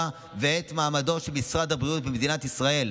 ואת מעמדו של משרד הבריאות במדינת ישראל.